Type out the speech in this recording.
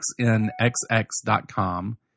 xnxx.com